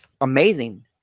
Amazing